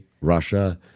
Russia